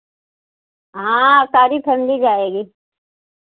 हाँ सारी फ़ैमिली जाएगी